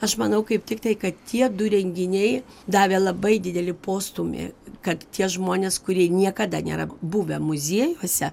aš manau kaip tik tai kad tie du renginiai davė labai didelį postūmį kad tie žmonės kurie niekada nėra buvę muziejuose